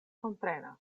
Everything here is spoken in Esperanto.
komprenas